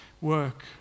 work